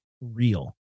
real